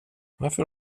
varför